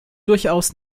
durchaus